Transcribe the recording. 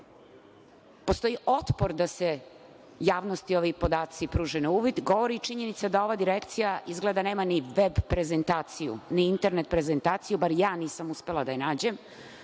postoji otpor da se javnosti ovi podaci pruže na uvid govori činjenica da ova Direkcija izgleda nema ni VEB prezentaciju, internet prezentaciju, bar ja nisam uspela da je nađem,